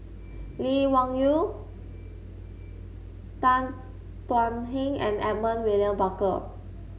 Lee Wung Yew Tan Thuan Heng and Edmund William Barker